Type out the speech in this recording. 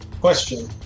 question